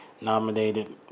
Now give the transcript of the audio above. nominated